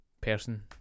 person